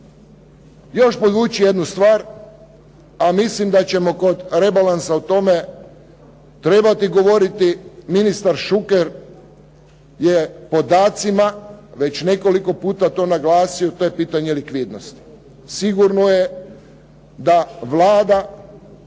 još podvući jednu stvar, a mislim da ćemo kod rebalansa o tome trebati govoriti ministar Šuker je podacima već nekoliko puta to naglasio i to je pitanje likvidnosti. Sigurno je da Vlada